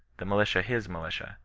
the militia his militia,